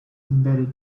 embedded